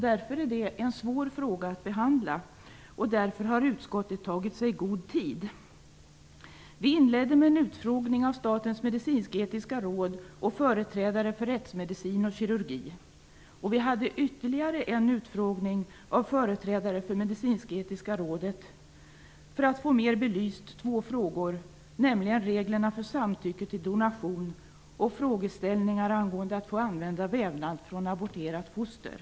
Därför är det en svår fråga att behandla och därför har utskottet tagit god tid på sig. Vi inledde med en utfrågning av Statens medicinsk-etiska råd och företrädare för rättsmedicin och kirurgi. Vi hade ytterligare en utfrågning av företrädare för Medicinsk-etiska rådet för att ytterligare få två frågor belysta, nämligen frågan om reglerna för samtycke till donation och frågan om att få använda vävnad från aborterade foster.